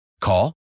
Call